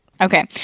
Okay